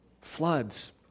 Floods